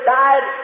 died